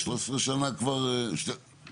13 שנה - לא,